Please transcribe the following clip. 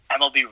MLB